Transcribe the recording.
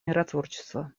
миротворчество